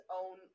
own